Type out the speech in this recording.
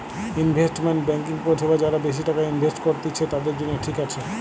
investment banking পরিষেবা যারা বেশি টাকা ইনভেস্ট করত্তিছে, তাদের জন্য ঠিক আছে